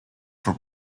for